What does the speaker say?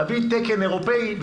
תביא תקן אירופאי.